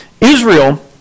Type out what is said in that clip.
Israel